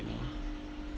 you know